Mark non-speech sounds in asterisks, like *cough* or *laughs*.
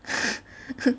*laughs*